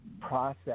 process